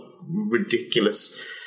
ridiculous